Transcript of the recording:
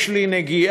יש לי נגיעה,